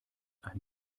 ein